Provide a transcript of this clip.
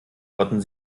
rotten